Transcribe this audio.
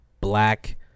black